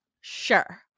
Sure